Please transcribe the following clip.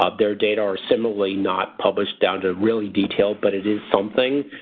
ah their data are similarly not published down to really detailed but it is something.